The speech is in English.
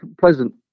pleasant